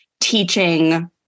teaching